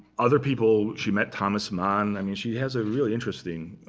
other people she met thomas mann. i mean, she has a really interesting